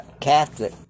Catholic